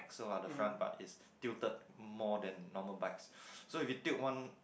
so lah the front part is tilted more than normal bikes so if you tilt one